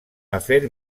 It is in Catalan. afer